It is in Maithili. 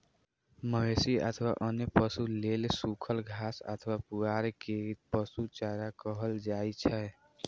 मवेशी अथवा अन्य पशु लेल सूखल घास अथवा पुआर कें पशु चारा कहल जाइ छै